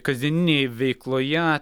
kasdieninėje veikloje